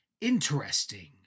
interesting